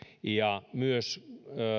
ja myös